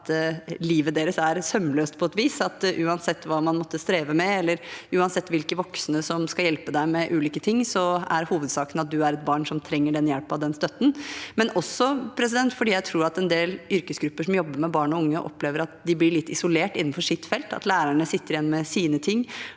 at livet deres er sømløst på et vis, at uansett hva du måtte streve med, eller uansett hvilke voksne som skal hjelpe deg med ulike ting, er hovedsaken at du er et barn som trenger den hjelpen og den støtten. Jeg tror også det er viktig fordi jeg tror at en del yrkesgrupper som jobber med barn og unge, opplever at de blir litt isolert innenfor sitt felt – lærerne sitter igjen med sine ting.